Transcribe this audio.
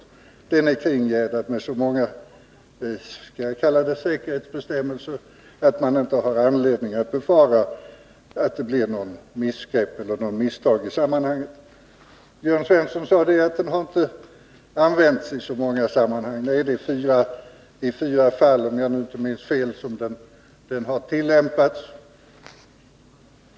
Lagen är kringgärdad med så många, skall jag kalla det säkerhetsbestämmelser, att man inte har anledning befara att det blir något missgrepp eller misstag i sammanhanget. Jörn Svensson sade att den inte har använts i så många sammanhang. Om jaginte minns fel är det i fyra fall den har tillämpats.